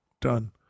Done